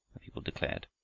the people declared.